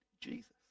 Jesus